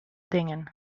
dingen